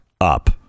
up